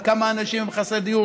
עד כמה אנשים הם חסרי דיור